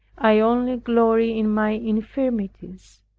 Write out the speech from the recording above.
i only glory in my infirmities,